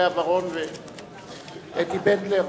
לאה ורון ואתי בנדלר?